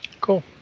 cool